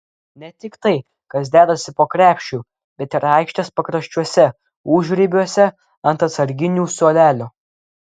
ne tik tai kas dedasi po krepšiu bet ir aikštės pakraščiuose užribiuose ant atsarginių suolelio